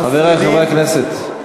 חברי חברי הכנסת.